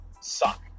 suck